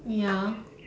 ya